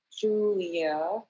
Julia